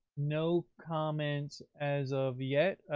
no comments as of yet,